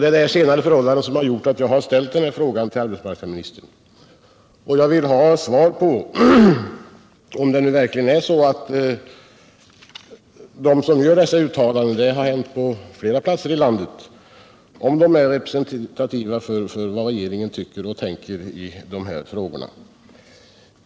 Det är det här senare förhållandet som gjort att jag har ställt denna fråga till arbetsmarknadsministern, och jag vill ha svar på om det verkligen är så att de som gör dessa uttalanden — det har hänt på flera platser i landet — är representativa för vad regeringen tycker och tänker härvidlag.